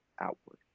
outward